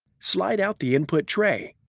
slide out the input tray.